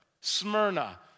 Smyrna